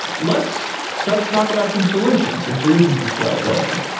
let's start to talk about some solutions, some solutions to scalability.